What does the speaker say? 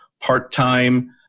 part-time